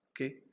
Okay